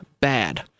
bad